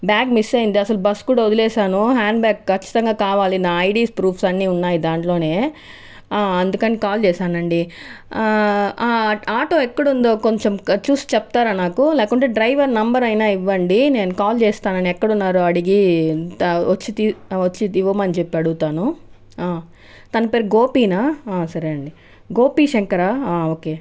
bag miss అయింది అసలు bus కూడా వదిలేసాను హ్యాండ్ బ్యాగ్ ఖచ్చితంగా కావాలి నా ఐడి ప్రూఫ్స్ అన్ని ఉన్నాయి దాంట్లోనే అందుకని కాల్ చేశాను అండి ఆటో ఎక్కడుందో కొంచెం చూసి చెప్తారా నాకు లేకుంటే డ్రైవర్ నెంబర్ అయినా ఇవ్వండి నేను కాల్ చేస్తాను ఆయన ఎక్కడున్నారు అడిగి వచ్చి తి వచ్చి ఇవ్వమని చెప్పి అడుగుతాను తన పేరు గోపీనా సరే అండి గోపి శంకర ఓకే